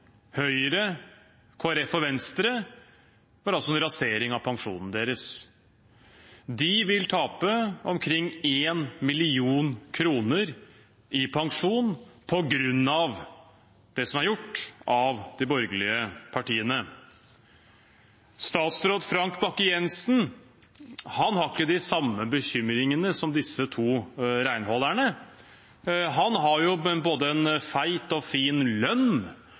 Høyre, Kristelig Folkeparti og Venstre, var altså en rasering av pensjonen deres. De vil tape omkring 1 mill. kr i pensjon på grunn av det som er gjort av de borgerlige partiene. Statsråd Frank Bakke-Jensen har ikke de samme bekymringene som disse to renholderne. Han har både en fet og fin lønn